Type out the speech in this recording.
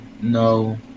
no